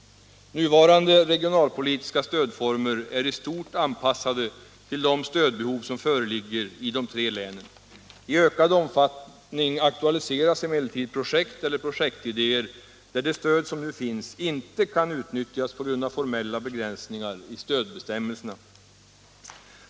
Nuvarande regionalpolitiska stödformer är i stort anpassade till de stödbehov som föreligger i de tre länen. I ökad omfattning aktualiseras emellertid projekt eller projektidéer där det stöd som nu finns inte kan utnyttjas på grund av formella begränsningar i stödbestämmelserna.